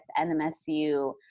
NMSU